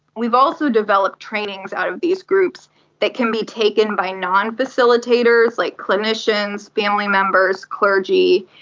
we've also developed trainings out of these groups that can be taken by non-facilitators like clinicians, family members, clergy,